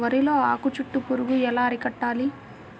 వరిలో ఆకు చుట్టూ పురుగు ఎలా అరికట్టాలి?